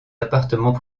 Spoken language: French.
appartements